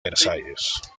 versalles